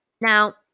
Now